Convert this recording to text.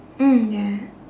mm yeah